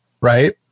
right